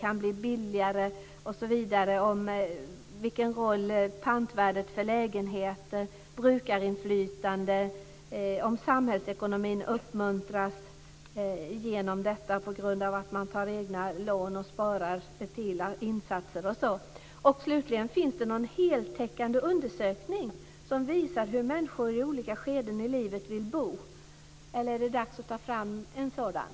Man skulle vilja veta om boendet kan bli billigare, om pantvärdet för lägenheter, om brukarinflytande och om huruvida samhällsekomomin uppmuntras genom detta på grund av att man tar egna lån och sparar till insatser och så. Slutligen undrar jag: Finns det någon heltäckande undersökning som visar hur människor i olika skeden av livet vill bo eller är det dags att ta fram en sådan?